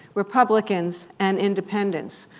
republicans, and independents.